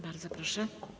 Bardzo proszę.